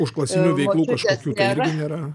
užklasinių veiklų kažkokių tai irgi nėra